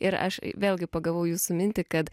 ir aš vėlgi pagavau jūsų mintį kad